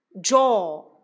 jaw